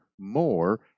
more